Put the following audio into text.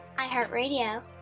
iHeartRadio